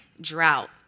drought